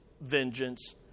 vengeance